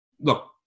Look